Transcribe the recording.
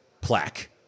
plaque